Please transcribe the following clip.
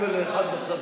ביבי,